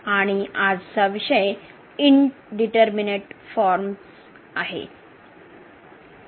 आणि आजचा विषय इनडीटरमिनेट फॉर्मस आहे